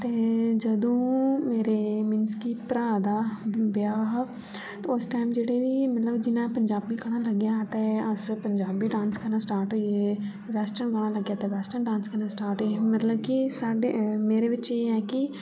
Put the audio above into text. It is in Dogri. ते जदु मेरे मींस की भ्रा दा ब्याह् हा ते उस टाइम जेह्ड़ी मतलब जियां पंजाबी गाना लगेआ हा ते अस फिर पंजाबी डांस करना स्टार्ट होंई गे वेस्टर्न गाना लगेआ ते वेस्टर्न डांस करना स्टार्ट होई गे कि साढ़े मेरे बिच एह् ऐ की